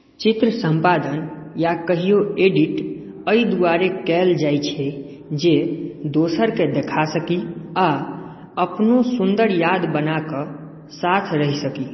चित्र सम्पादन या कहियौ एडिट एहि द्वारे कयल जाइत छै जे दोसरकेँ देखा सकी आ अपनो सुन्दर याद बना कऽ साथ रहि सकी